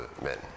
men